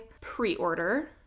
pre-order